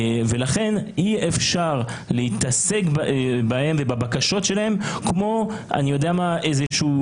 לכן אי אפשר לעסוק בהם ובבקשות שלהם כמו בתייר,